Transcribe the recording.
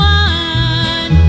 one